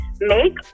make